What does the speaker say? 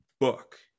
book